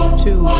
to